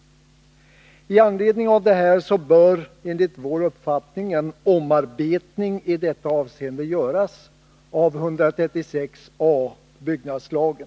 Med anledning av detta bör, enligt vår uppfattning, en omarbetning i detta avseende göras av 136 a § byggnadslagen.